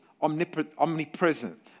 omnipresent